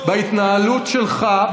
בהתנהלות שלך,